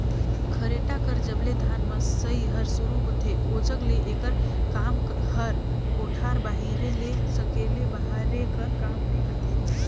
खरेटा कर जब ले धान मसई हर सुरू होथे ओजग ले एकर काम हर कोठार बाहिरे ले सकेले बहारे कर काम मे आथे